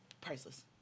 priceless